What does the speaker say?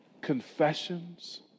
confessions